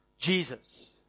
Jesus